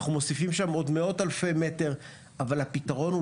אנחנו מוסיפים שם עוד מאות אלפי מטרים אבל הפתרון הוא